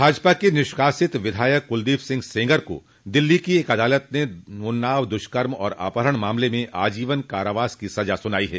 भाजपा के निष्कासित विधायक कुलदीप सिंह सेंगर को दिल्ली की एक अदालत ने उन्नाव दुष्कर्म और अपहरण मामले में आजीवन कारावास की सजा सुनाई है